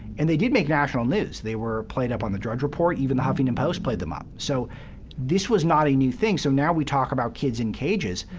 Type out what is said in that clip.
and they did make national news. they were played up on the drudge report even the huffington post played them up. so this was not a new thing. so now we talk about kids in cages.